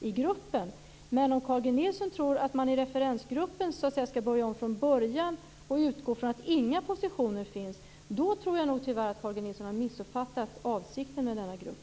Om Carl G Nilsson tror att man i referensgruppen skall börja om från början och utgå från att inga positioner finns, tror jag nog tyvärr att Carl G Nilsson har missuppfattat avsikten med denna grupp.